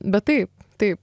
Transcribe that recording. bet taip taip